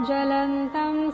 Jalantam